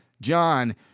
John